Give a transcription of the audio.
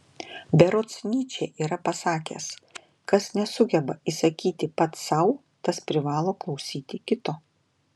berods nyčė yra pasakęs kas nesugeba įsakyti pats sau tas privalo klausyti kito